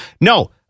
No